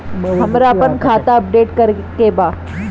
हमरा आपन खाता अपडेट करे के बा